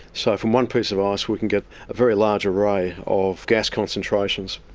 so from one piece of ice we can get a very large array of gas concentrations.